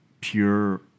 pure